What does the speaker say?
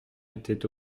était